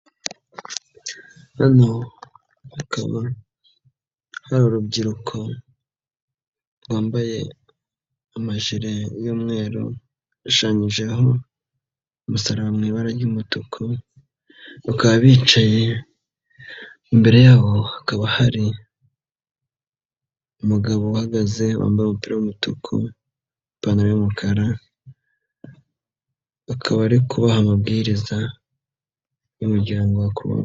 Noneho hakaba hari urubyiruko rwambaye amajire y'umweru hashushanyijeho umusaraba mu ibara ry'umutuku, bakaba bicaye, imbere yabo hakaba hari umugabo uhagaze wambaye ubupira w'umutuku n'ipantaro y'umukara akaba ari kubaha amabwiriza y'umuryango wa kuruwaruje.